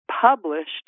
published